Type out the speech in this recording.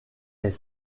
est